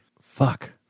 Fuck